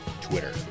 Twitter